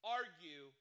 argue